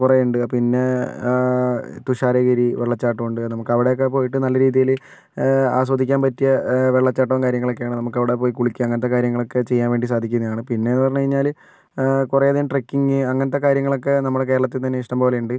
കുറേയുണ്ട് പിന്നേ തുഷാരഗിരി വെള്ളച്ചാട്ടം ഉണ്ട് നമുക്കവിടെയൊക്കെ പോയിട്ട് നല്ല രീതിയിൽ ആസ്വദിക്കാൻ പറ്റിയ വെള്ളച്ചാട്ടവും കാര്യങ്ങളൊക്കെയാണ് നമുക്കവിടെ പോയി കുളിക്കാം അങ്ങനത്തെ കാര്യങ്ങളൊക്കെ ചെയ്യാൻ വേണ്ടി സാധിക്കുന്നതാണ് പിന്നെയെന്ന് പറഞ്ഞ് കഴിഞ്ഞാൽ കുറേ നേരം ട്രക്കിംഗ് അങ്ങനത്തെ കാര്യങ്ങളൊക്കെ നമ്മുടെ കേരളത്തിൽ തന്നെ ഇഷ്ടംപോലെയുണ്ട്